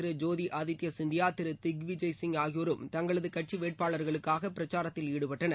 திரு Jyotiraditya Scindia திரு திக்விஜய் சிங் ஆகியோரும் தங்களது கட்சி வேட்பாளர்களுக்காக பிரச்சாரத்தில் ஈடுபட்டனர்